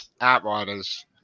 outriders